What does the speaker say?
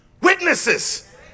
witnesses